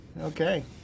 Okay